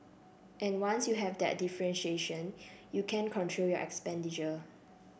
and once you have that differentiation you can control your expenditure